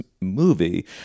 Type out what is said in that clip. movie